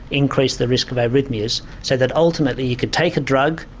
increase the risk of arrhythmias so that ultimately you could take a drug,